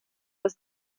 was